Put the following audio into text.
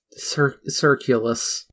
Circulus